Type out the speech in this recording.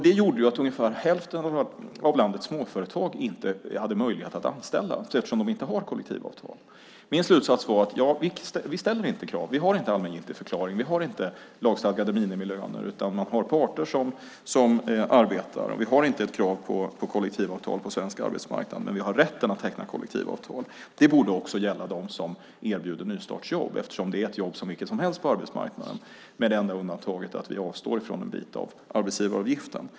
Det gjorde att ungefär hälften av landets småföretag inte skulle ha möjlighet att anställa, eftersom de inte har kollektivavtal. Min slutsats var: Vi ställer inte krav, vi har inte allmängiltigförklaring, vi har inte lagstadgade minimilöner, utan man har parter som arbetar. Vi har inte ett krav på kollektivavtal på svensk arbetsmarknad, men vi har rätten att teckna kollektivavtal. Det borde också gälla dem som erbjuder nystartsjobb, eftersom det är ett jobb som vilket som helst på arbetsmarknaden med det enda undantaget att vi avstår från en bit av arbetsgivaravgiften.